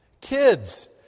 Kids